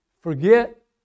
forget